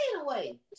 away